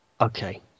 Okay